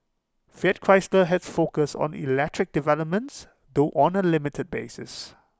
fiat Chrysler has focused on electric developments though on A limited basis